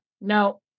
No